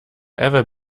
ever